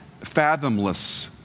fathomless